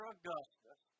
Augustus